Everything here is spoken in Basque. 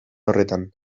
horretan